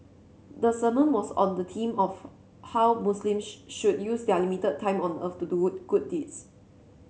the sermon was on the theme of how Muslims should use their limited time on earth to do would good deeds